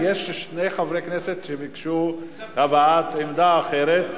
יש שני חברי כנסת שביקשו הבעת עמדה אחרת.